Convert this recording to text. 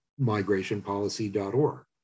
migrationpolicy.org